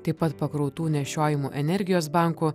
taip pat pakrautų nešiojimo energijos bankų